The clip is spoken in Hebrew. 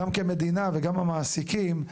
גם כמדינה וגם המעסיקים,